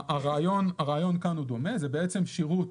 הרעיון כאן הוא דומה, זה בעצם שירות,